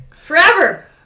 Forever